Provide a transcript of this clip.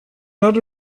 not